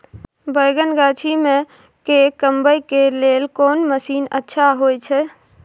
बैंगन गाछी में के कमबै के लेल कोन मसीन अच्छा होय छै?